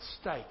stake